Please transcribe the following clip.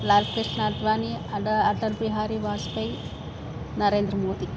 लाल्कृष्णः अध्वानिः अड अटल्पिहारी वाच्पै नरेन्द्रः मोदि